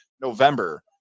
November